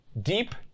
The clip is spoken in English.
Deep